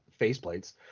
faceplates